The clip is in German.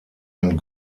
ein